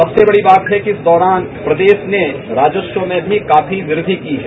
सबसे बड़ी बात है कि इस दौरान प्रदेश में राजस्व में भी काफी वृद्धि की है